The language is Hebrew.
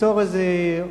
ליצור איזה,